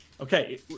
okay